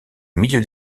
milieu